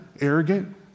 arrogant